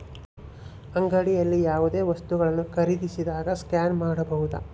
ಅಂಗಡಿಯಲ್ಲಿ ಯಾವುದೇ ವಸ್ತುಗಳನ್ನು ಖರೇದಿಸಿದಾಗ ಸ್ಕ್ಯಾನ್ ಮಾಡಬಹುದಾ?